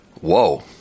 whoa